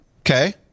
okay